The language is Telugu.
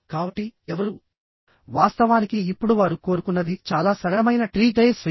కాబట్టి ఎవరూ వాస్తవానికి ఇప్పుడు వారు కోరుకున్నది చాలా సరళమైన ట్రీ టైర్ స్వింగ్